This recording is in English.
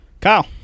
Kyle